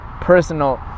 personal